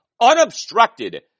unobstructed